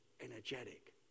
energetic